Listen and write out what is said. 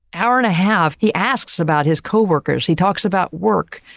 hour and a half, he asks about his coworkers, he talks about work,